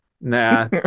Nah